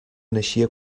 naixia